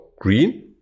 green